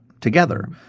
together